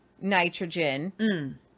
nitrogen